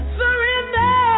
surrender